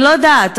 אני לא יודעת,